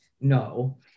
no